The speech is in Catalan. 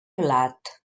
blat